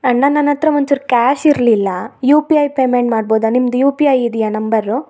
ಅಣ್ಣ ನನ್ನ ಹತ್ರ ಒಂಚೂರು ಕ್ಯಾಶ್ ಇರ್ಲಿಲ್ಲ ಯು ಪಿ ಐ ಪೇಮೆಂಟ್ ಮಾಡ್ಬೌದ ನಿಮ್ದು ಯು ಪಿ ಐ ಇದೆಯ ನಂಬರು